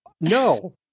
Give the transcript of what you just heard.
No